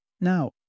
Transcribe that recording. Now